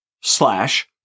slash